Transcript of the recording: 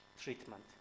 treatment